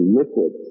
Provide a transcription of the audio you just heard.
liquid